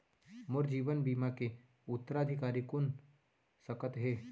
मोर जीवन बीमा के उत्तराधिकारी कोन सकत हे?